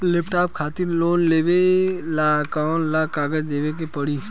Laptop खातिर loan लेवे ला कौन कौन कागज देवे के पड़ी?